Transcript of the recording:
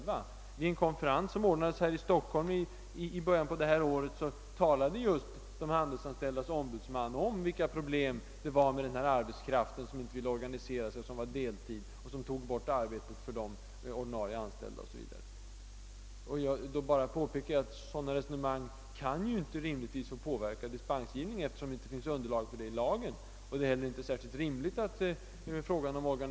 Vid en konferens som ordnades här i Stockholm i början av året talade just de handelsanställdas ombudsman om vilka problem det var med denna deltidsarbetskraft, som inte ville organisera sig, men som tog arbete från de ordinarie anställda o.s.v. Jag påpekade bara ett sådana resonemang inte rimligtvis kan få påverka dispensgivningen, eftersom det inte finns underlag för det 1 lagen. Det är inte heller särskilt naturligt att frågan om den fackliga orga.